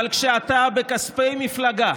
אבל כשאתה, בכספי מפלגה,